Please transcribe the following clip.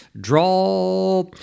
draw